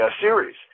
series